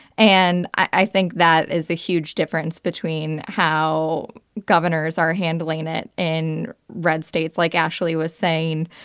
and i think that is a huge difference between how governors are handling it in red states. like ashley was saying,